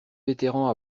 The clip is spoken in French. vétérans